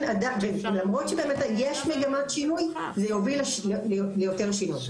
למרות שבאמת יש מגמת שינוי, זה יוביל ליותר שינוי.